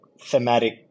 thematic